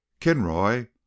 Kinroy